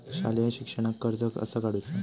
शालेय शिक्षणाक कर्ज कसा काढूचा?